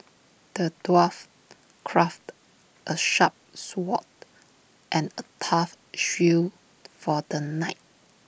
the dwarf crafted A sharp sword and A tough shield for the knight